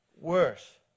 worse